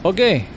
Okay